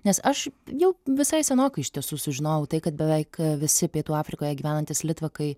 nes aš jau visai senokai iš tiesų sužinojau tai kad beveik visi pietų afrikoje gyvenantys litvakai